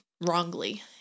wrongly